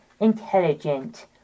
intelligent